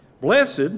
Blessed